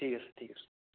ঠিক আছে ঠিক আছে